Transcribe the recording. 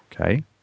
Okay